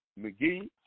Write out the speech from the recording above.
McGee